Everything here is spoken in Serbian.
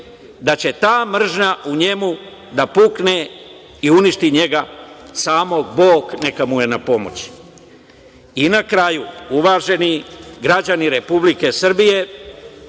da će ta mržnja u njemu da pukne i uništi njega samog. Bog neka mu je na pomoći. Na kraju, uvaženi građani Republike Srbije,